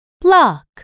block